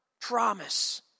promise